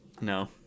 No